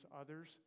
others